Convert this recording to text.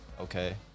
okay